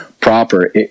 proper